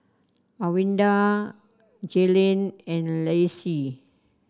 Alwilda Jaylen and Lacie